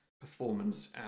performance